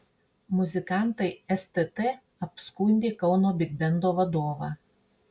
muzikantai stt apskundė kauno bigbendo vadovą